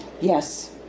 Yes